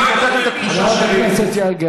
חברת הכנסת יעל גרמן.